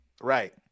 Right